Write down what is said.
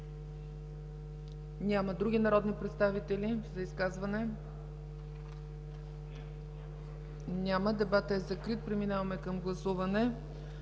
Няма. Други народни представители за изказване? Няма. Дебатът е закрит. Преминаваме към гласуване.